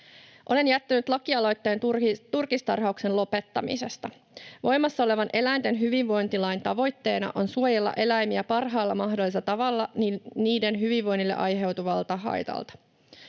Olen jättänyt lakialoitteen turkistarhauksen lopettamisesta. Voimassa olevan eläinten hyvinvointilain tavoitteena on suojella eläimiä parhaalla mahdollisella tavalla niiden hyvinvoinnille aiheutuvalta haitalta.